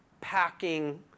packing